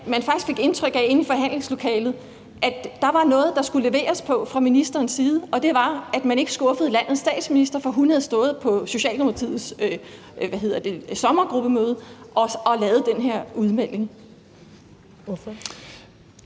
fik faktisk indtryk af inde i forhandlingslokalet, at der var noget, der skulle leveres på fra ministerens side, og det var, at man ikke skuffede landets statsminister, for hun havde stået på Socialdemokratiets sommergruppemøde og lavet den her udmelding. Kl.